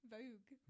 Vogue